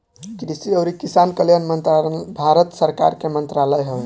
कृषि अउरी किसान कल्याण मंत्रालय भारत सरकार के मंत्रालय हवे